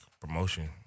promotion